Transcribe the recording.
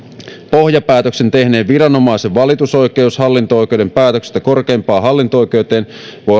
pohjapäätöksen tehneen viranomaisen valitusoikeus hallinto oikeuden päätöksestä korkeimpaan hallinto oikeuteen